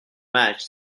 match